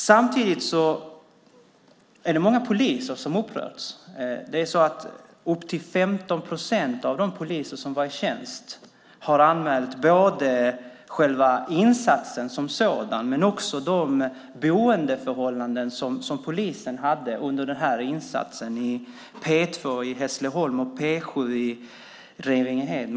Samtidigt är många poliser upprörda. Upp till 15 procent av de poliser som var i tjänst har anmält själva insatsen men också de boendeförhållanden som polisen hade under insatsen, på P 2 i Hässleholm och P 7 i Revingehed.